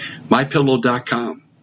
MyPillow.com